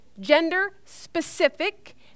gender-specific